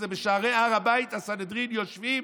שבשערי הר הבית הסנהדרין יושבים.